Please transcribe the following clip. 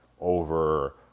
over